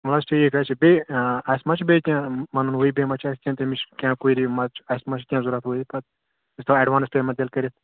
وَلہٕ حظ ٹھیٖک حظ چھِ بیٚیہِ اۭں اَسہِ ما چھِ بیٚیہِ وَنُن ہُہ یہِ بیٚیہِ ما چھِ اَسہِ تٔمِچ کیٚنہہ کوٗری مچھ اَسہِ ما چھِ کیٚنہہ ضُۄرَتھ پَتہٕ أسۍ تھاوَو ایٚڈوانَس پیمیٚنٹ تیٚلہِ کٔرِتھ